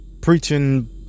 preaching